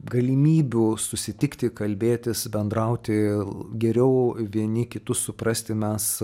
galimybių susitikti kalbėtis bendrauti geriau vieni kitus suprasti mes